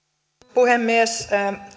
puhemies